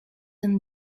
and